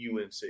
UNC